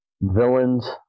villains